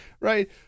right